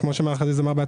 כפי שמר חזיז אמר,